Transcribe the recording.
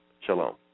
Shalom